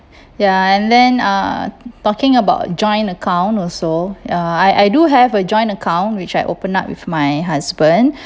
ya and then uh talking about joint account also uh I I do have a joint account which I open up with my husband